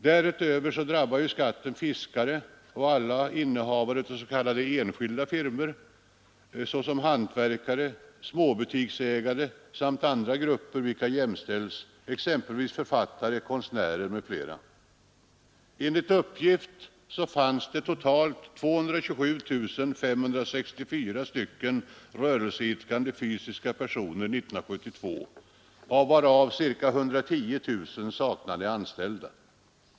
Därutöver drabbar skatten fiskare och alla innehavare av s.k. enskilda firmor, såsom hantverkare, småbutiksägare samt andra grupper, vilka jämställs, t.ex. författare, konstnärer. Enligt uppgift fanns det totalt 227 564 rörelseidkande fysiska personer 1972, varav ca 110 000 saknade anställda.